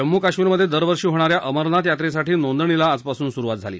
जम्म् काश्मीरमध्ये दरवर्षी होणाऱ्या अमरनाथ यात्रेसाठी नोंदणीला आजपासून सुरुवात झाली